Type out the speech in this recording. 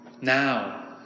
Now